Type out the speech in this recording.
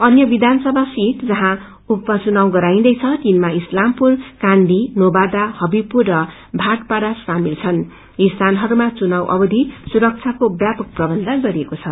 अन्य विधानसभा सिट जहाँ उपच्चनाव गराइन्दैछ तिनमा इस्लामपुर कांदी नोबदा हबीबपुरर भटापाड़ा सामेल छन् यी सीीनहरूमा चुनावको अवधि सुरक्षको व्यापक प्रबन्ध गरिएको छ